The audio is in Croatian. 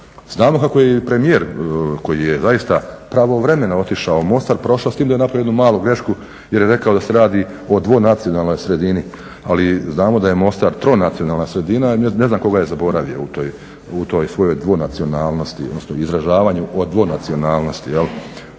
Znamo kako je premijer koji je zaista pravovremeno otišao u Mostar, prošao s tim da je napravio jednu malu grešku jer je rekao da se radi o dvonacionalnoj sredini, ali znamo da je Mostar tronacionalna sredina, ne znam koga je zaboravio u toj svojoj dvonacionalnosti, odnosno izražavanju o dvonacionalnosti.